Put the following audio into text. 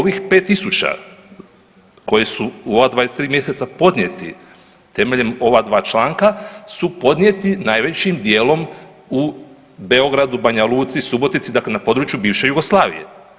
Ovih 5000 koji su u ova 23 mjeseca podnijeti temeljem ova dva članka su podnijeti najvećim djelom u Beogradu, Banja Luci, Subotici, dakle na području bivše Jugoslavije.